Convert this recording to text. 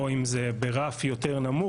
או אם זה ברף יותר נמוך,